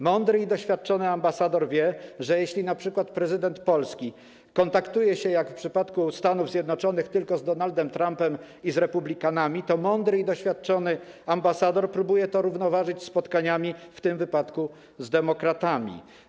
Mądry i doświadczony ambasador wie, że jeśli np. prezydent Polski kontaktuje się, jak w przypadku Stanów Zjednoczonych tylko z Donaldem Trumpem i z republikanami, to mądry i doświadczony ambasador próbuje to równoważyć spotkaniami w tym wypadku z demokratami.